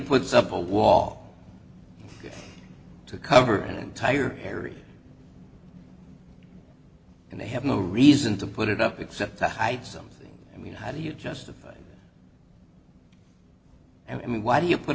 puts up a wall to cover an entire area and they have no reason to put it up except to hide something i mean how do you justify and why do you put